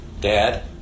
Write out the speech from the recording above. Dad